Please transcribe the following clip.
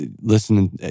listening